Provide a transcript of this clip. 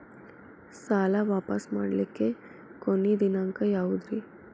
ಸಾಲಾ ವಾಪಸ್ ಮಾಡ್ಲಿಕ್ಕೆ ಕೊನಿ ದಿನಾಂಕ ಯಾವುದ್ರಿ?